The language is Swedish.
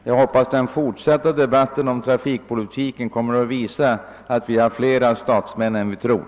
Jag hoppas att den fortsatta debatten om trafikpolitiken kommer att visa att riksdagen har fler statsmän än man tror.